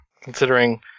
Considering